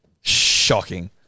Shocking